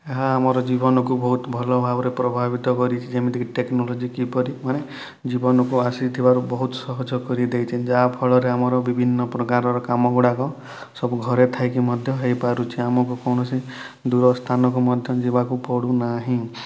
ଏହା ଆମର ଜୀବନକୁ ବହୁତ ଭଲ ଭାବରେ ପ୍ରଭାବିତ କରିଛି ଯେମିତିକି ଟେକ୍ନୋଲୋଜିକି କିପରି ମାନେ ଜୀବନକୁ ଆସିଥିବାରୁ ବହୁତ ସହଜ କରିଦେଇଛି ଯାହା ଫଳରେ ଆମର ବିଭିନ୍ନ ପ୍ରକାରର କାମ ଗୁଡ଼ାକ ସବୁ ଘରେ ଥାଇକି ମଧ୍ୟ ହେଇ ପାରୁଛି ଆମକୁ କୌଣସି ଦୂର ସ୍ଥାନକୁ ମଧ୍ୟ ଯିବାକୁ ପଡ଼ୁନାହିଁ